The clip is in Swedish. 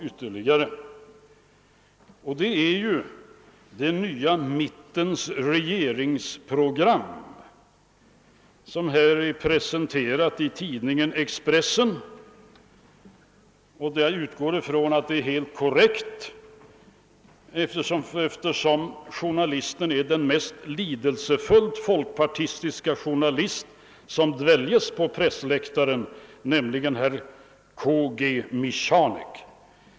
Jag syftar då på den nya mittens regeringsprogram som presenteras i tidningen Expressen. Jag utgår från att vad som där skrives är helt korrekt, eftersom skribenten är den mest lidelsefullt folkpartistiske journalist som dväljes på pressläktaren, nämligen K. G. Michanek.